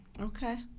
Okay